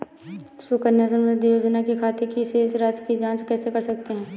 सुकन्या समृद्धि योजना के खाते की शेष राशि की जाँच कैसे कर सकते हैं?